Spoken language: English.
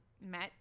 met